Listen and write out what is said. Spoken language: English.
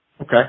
Okay